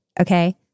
Okay